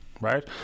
right